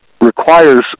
requires